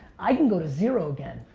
i can go to zero again.